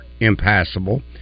impassable